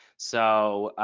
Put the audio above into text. so